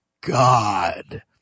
God